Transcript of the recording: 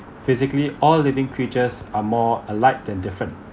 physically all living creatures are more alike than different